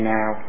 now